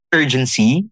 urgency